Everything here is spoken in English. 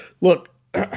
look